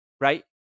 right